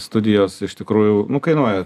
studijos iš tikrųjų kainuoja